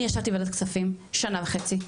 אני ישבתי בוועדת כספים שנה וחצי,